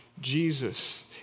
Jesus